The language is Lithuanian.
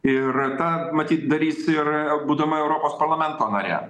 ir tą matyt darys ir būdama europos parlamento nare